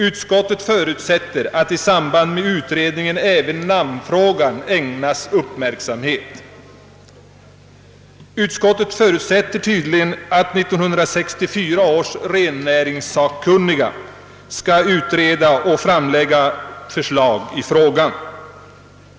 Utskottet förutsätter att i samband med utredningen även namnfrågan ägnas uppmärksamhet.» Utskottet tänker sig tydligen att 1964 års rennäringssakkunniga skall utreda och framlägga förslag i frågan.